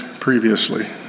previously